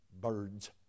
birds